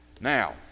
Now